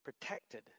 protected